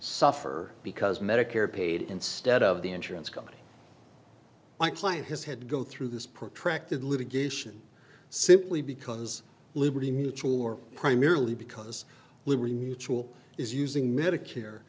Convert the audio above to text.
suffer because medicare paid instead of the insurance company my client has had to go through this protracted litigation simply because liberty mutual or primarily because liberty mutual is using medicare